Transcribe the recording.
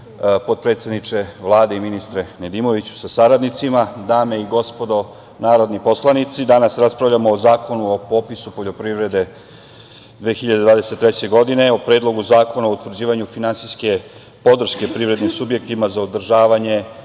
potpredsedniče Vlade i ministre Nedimoviću sa saradnicima, dame i gospodo narodni poslanici, danas raspravljamo o Zakonu o popisu poljoprivrede 2023. godine, o Predlogu zakona o utvrđivanju finansijske podrške privrednih subjektima za održavanje